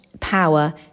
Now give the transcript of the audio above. power